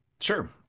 Sure